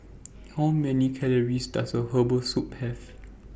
How Many Calories Does A Serving of Herbal Soup Have